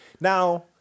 Now